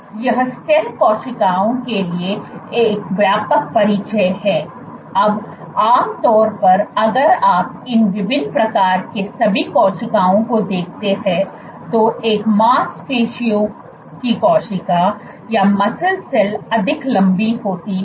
तो यह स्टेम कोशिकाओं के लिए एक व्यापक परिचय है अब आम तौर पर अगर आप इन विभिन्न प्रकार के सभी कोशिकाओं को देखते हैं तो एक मांसपेशियों की कोशिका अधिक लम्बी होती है